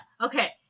Okay